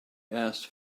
asked